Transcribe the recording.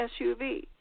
SUV